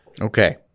Okay